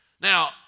now